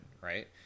right